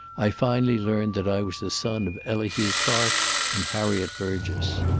i finally learned that i was the son of elihu clark and harriet burgess.